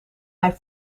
hij